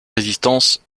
résistance